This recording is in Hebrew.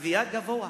הגבייה בהן גבוה,